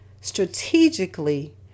strategically